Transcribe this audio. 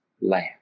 land